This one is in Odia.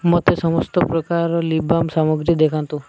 ମୋତେ ସମସ୍ତ ପ୍ରକାରର ଲିପ୍ବାମ୍ ସାମଗ୍ରୀ ଦେଖାନ୍ତୁ